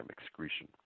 excretion